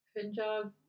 Punjab